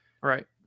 Right